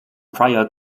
prior